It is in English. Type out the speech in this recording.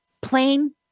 plain